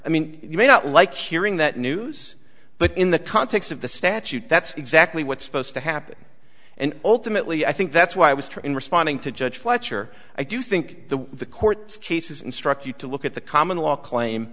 i mean you may not like hearing that news but in the context of the statute that's exactly what's supposed to happen and ultimately i think that's why it was true in responding to judge fletcher i do think that the court's cases instruct you to look at the common law claim